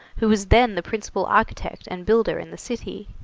who was then the principal architect and builder in the city.